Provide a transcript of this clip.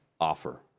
offer